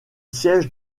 siège